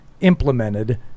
implemented